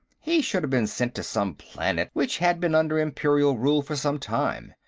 he should have been sent to some planet which had been under imperial rule for some time,